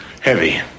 Heavy